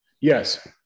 yes